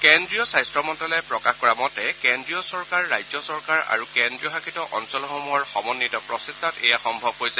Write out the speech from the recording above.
কেন্দ্ৰীয় স্বাস্থ্য মন্তালয়ে প্ৰকাশ কৰা মতে কেন্দ্ৰীয় চৰকাৰ ৰাজ্য চৰকাৰ আৰু কেন্দ্ৰীয় শাসিত অঞ্চলসমূহৰ সমন্নিত প্ৰচেষ্টাত এয়া সম্ভৱ হৈছে